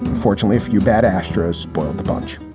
fortunately, a few bad astros spoiled the bunch.